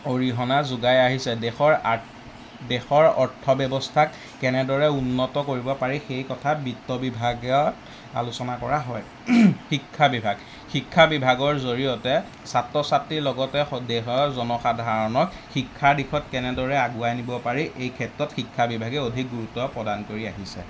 অৰিহণা যোগাই আহিছে দেশৰ আৰ্থ দেশৰ অৰ্থ ব্যৱস্থাক কেনেদৰে উন্নত কৰিব পাৰি সেই কথা বিত্ত বিভাগত আলোচনা কৰা হয় শিক্ষা বিভাগ শিক্ষা বিভাগৰ জৰিয়তে ছাত্ৰ ছাত্ৰীৰ লগতে দেশৰ জনসাধাৰণক শিক্ষা দিশত কেনেদৰে আগুৱাই নিব পাৰি এই ক্ষেত্ৰত শিক্ষা বিভাগে অধিক গুৰুত্ব প্ৰদান কৰি আহিছে